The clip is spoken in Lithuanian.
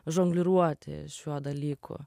žongliruoti šiuo dalyku